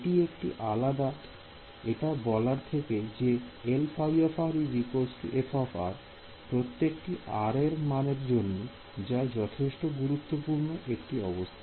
এটি একটি আলাদা এটা বলার থেকে যে Lϕ f প্রত্যেকটি r এর মানের জন্য যা যথেষ্ট গুরুত্বপূর্ণ একটি অবস্থা